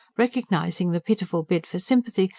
recognising the pitiful bid for sympathy,